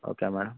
okay madam